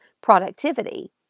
productivity